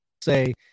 say